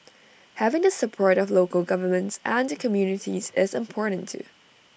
having the support of local governments and the communities is important too